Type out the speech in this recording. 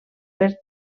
per